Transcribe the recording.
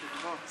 ברשותך.